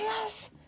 yes